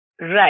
Right